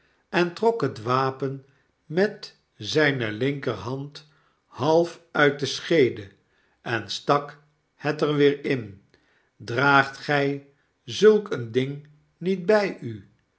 en trok het wapen met zyne linkerhand half uit de scheede en stak het er weer in draagtgy zulk een ding niet by u